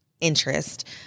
interest